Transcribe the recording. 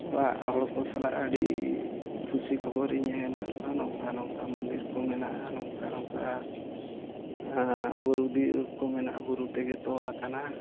ᱚᱲᱟᱜ ᱦᱚᱲ ᱠᱚ ᱥᱟᱞᱟᱜ ᱟᱹᱰᱤ ᱠᱩᱥᱤ ᱠᱷᱚᱵᱚᱨᱤᱧ ᱮᱢᱟᱫ ᱠᱚᱣᱟ ᱱᱚᱝᱠᱟ ᱱᱚᱝᱠᱟ ᱢᱚᱱᱫᱤᱨ ᱠᱚ ᱢᱮᱱᱟᱜᱼᱟ ᱱᱚᱝᱠᱟ ᱱᱚᱝᱠᱟ ᱵᱩᱨᱩ ᱫᱤ ᱠᱚ ᱢᱮᱱᱟᱜᱼᱟ ᱵᱩᱨᱩ ᱛᱮᱜᱮ ᱛᱚᱞ ᱠᱟᱱᱟ